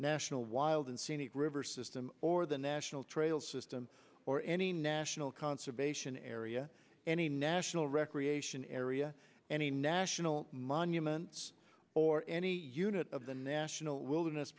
national wild and scenic river system or the national trails system or any national conservation area any national recreation area any national monuments or any unit of the national wilderness